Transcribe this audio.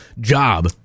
job